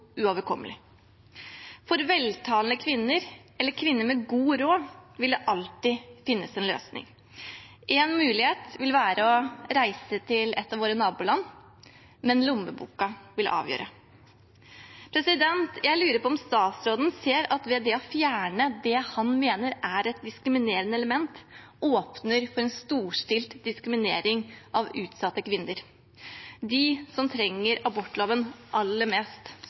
For veltalende kvinner, eller for kvinner med god råd, vil det alltid finnes en løsning. En mulighet vil være å reise til et av våre naboland, men lommeboka vil avgjøre. Jeg lurer på om statsråden ser at det å fjerne det han mener er et diskriminerende element, åpner for en storstilt diskriminering av utsatte kvinner, de som trenger abortloven aller mest